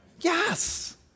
Yes